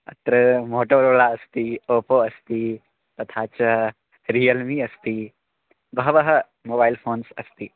अत्र मोटोरोला अस्ति ओप्पो अस्ति तथा च रियल्मि अस्ति बहवः मोबैल् फ़ोन्स् अस्ति